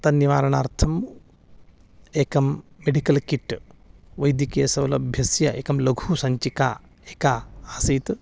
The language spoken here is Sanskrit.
तन्निवारणार्थम् एकं मेडिकल् किट् वैदिकीयसौलभ्यस्य एका लघु सञ्चिका एका आसीत्